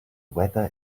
weather